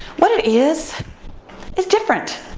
what it is is different.